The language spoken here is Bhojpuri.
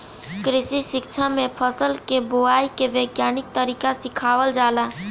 कृषि शिक्षा में फसल के बोआई के वैज्ञानिक तरीका सिखावल जाला